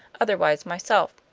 otherwise myself.